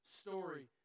story